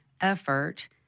effort